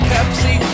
Pepsi